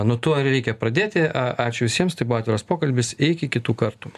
nuo to ir reikia pradėti ačiū visiems tai buvo atviras pokalbis iki kitų kartų